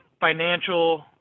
financial